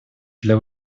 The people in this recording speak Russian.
для